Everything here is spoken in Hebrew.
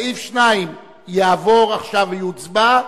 סעיף 2 יעבור עכשיו ויוצבע,